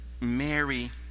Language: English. Mary